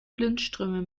blindströme